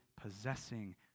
possessing